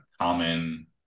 common